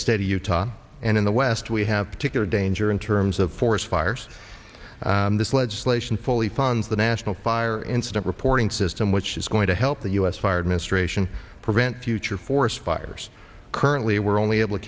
the state of utah and in the west we have particular danger in terms of forest fires this legislation fully fund the national fire incident reporting system which is going to help the u s fired ministration prevent future forest fires currently we're only able to